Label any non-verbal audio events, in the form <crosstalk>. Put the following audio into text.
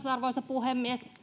<unintelligible> arvoisa puhemies